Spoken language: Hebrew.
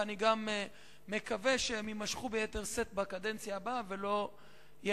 ואני גם מקווה שהם יימשכו ביתר שאת בקדנציה הבאה ולא ייעצרו.